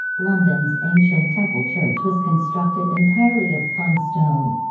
london's ancient temple church was constructed entirely of caen stone.